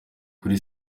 kuri